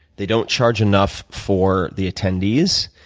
they don't charge enough for the attendees,